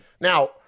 Now